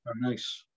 nice